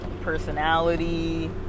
personality